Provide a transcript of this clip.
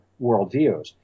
worldviews